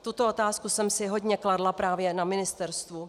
Tuto otázku jsem si hodně kladla právě na ministerstvu.